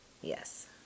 Yes